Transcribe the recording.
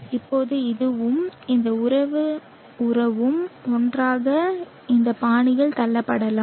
இப்போது இதுவும் இந்த உறவும் ஒன்றாக இந்த பாணியில் தள்ளப்படலாம்